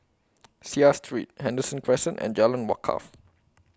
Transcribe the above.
Seah Street Henderson Crescent and Jalan Wakaff